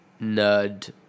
nerd